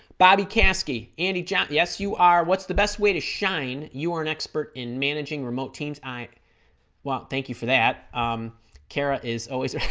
bobby caskey and each a ah yes you are what's the best way to shine you are an expert in managing remote teams i well thank you for that um kara is always a